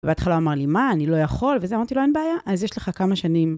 בהתחלה אמר לי, מה, אני לא יכול, וזה, אמרתי לו, אין בעיה, אז יש לך כמה שנים.